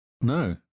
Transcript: No